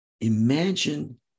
imagine